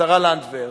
השרה לנדבר,